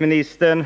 Men jag vill